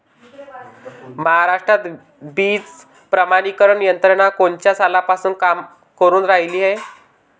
महाराष्ट्रात बीज प्रमानीकरण यंत्रना कोनच्या सालापासून काम करुन रायली हाये?